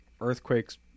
earthquakes